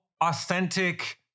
authentic